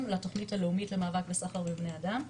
לתכנית הלאומית למאבק בסחר בבני אדם.